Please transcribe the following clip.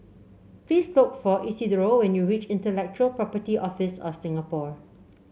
please look for Isidro when you reach Intellectual Property Office of Singapore